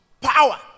power